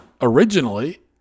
originally